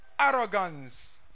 arrogance